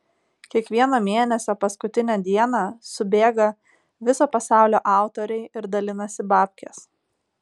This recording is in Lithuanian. kiekvieno mėnesio paskutinę dieną subėga viso pasaulio autoriai ir dalinasi babkes